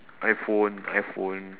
iphone iphone